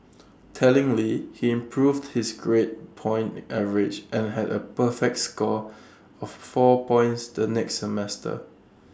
tellingly he improved his grade point average and had A perfect score of four points the next semester